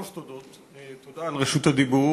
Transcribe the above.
שלוש תודות: תודה על רשות הדיבור,